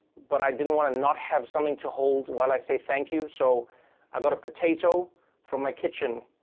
but i didn't want to not have something to hold while i say thank you. so i got a potato from my kitchen,